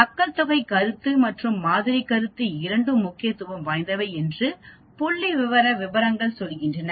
மக்கள்தொகை கருத்து மற்றும் மாதிரி கருத்து இரண்டும் முக்கியத்துவம் வாய்ந்தவை என்று புள்ளிவிவர விபரங்கள் சொல்கின்றன